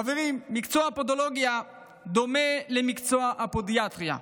חברים, מקצוע הפודולוגיה דומה למקצוע הפודיאטריה.